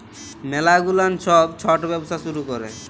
ম্যালা গুলান ছব ছট ব্যবসা শুরু ক্যরে